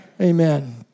Amen